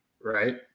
right